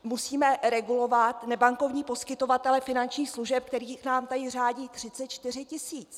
Musíme regulovat nebankovní poskytovatele finančních služeb, kterých nám tady řádí 34 tisíc.